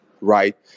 right